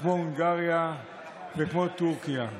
כמו הונגריה וכמו טורקיה.